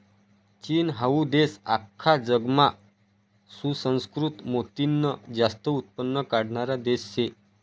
चीन हाऊ देश आख्खा जगमा सुसंस्कृत मोतीनं जास्त उत्पन्न काढणारा देश शे